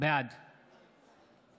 בעד